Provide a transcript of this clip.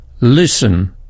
Listen